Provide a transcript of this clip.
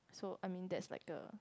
so I mean that is like a